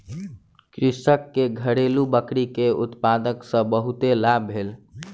कृषक के घरेलु बकरी के उत्पाद सॅ बहुत लाभ भेल